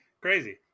Crazy